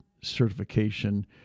certification